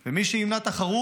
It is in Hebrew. מי שימנע תחרות